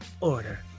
Order